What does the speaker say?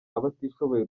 abatishoboye